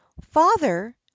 father